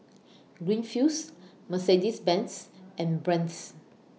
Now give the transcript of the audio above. Greenfields Mercedes Benz and Brand's